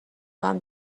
کنم